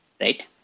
right